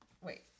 Wait